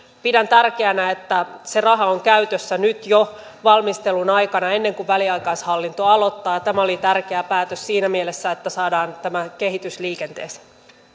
pidän tärkeänä että se raha on käytössä nyt jo valmistelun aikana ennen kuin väliaikaishallinto aloittaa ja tämä oli tärkeä päätös siinä mielessä että saadaan tämä kehitys liikenteeseen